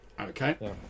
Okay